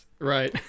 right